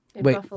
Wait